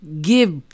give